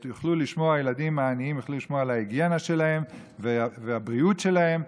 שהילדים העניים יוכלו לשמור על ההיגיינה שלהם ועל הבריאות שלהם,